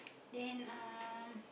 then um